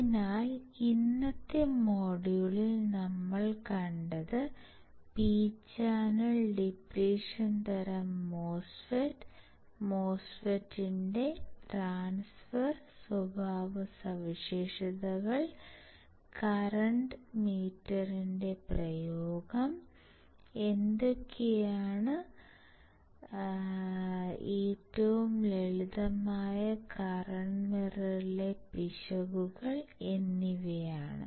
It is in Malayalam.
അതിനാൽ ഇന്നത്തെ മൊഡ്യൂളിൽ നമ്മൾ കണ്ടത് പി ചാനൽ ഡിപ്ലിഷൻ തരം മോസ്ഫെറ്റ് MOSFET എൻറെ ട്രാൻസ്ഫർ സ്വഭാവസവിശേഷതകൾ കറൻറ് മിററിന്റെ പ്രയോഗം എന്തൊക്കെയാണ് ഏറ്റവും ലളിതമായ കറൻറ് മിററിലെ പിശകുകൾ എന്നിവയാണ്